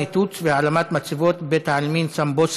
ניתוץ והעלמת מצבות בבית העלמין סמבוסקי.